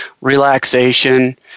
relaxation